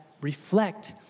reflect